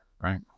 right